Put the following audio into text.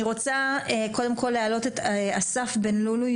אני רוצה קודם כל להעלות את אסף בן לוי,